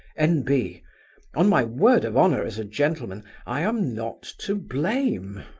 n. b on my word of honor as a gentleman, i am not to blame.